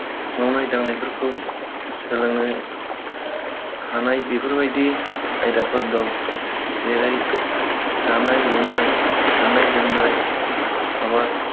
मावनाय दांनायफोरखौ सोलोंनो हानाय बेफोरबायदि आयदाफोर दं जेरै दानाय लुनाय गाननाय जोमनाय आबाद